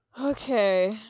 Okay